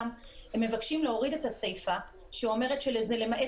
הם מבקשים להוריד את הסיפה שאומרת שזה למעט